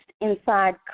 inside